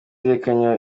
yerekanye